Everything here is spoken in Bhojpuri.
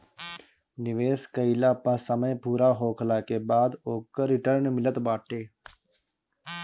निवेश कईला पअ समय पूरा होखला के बाद ओकर रिटर्न मिलत बाटे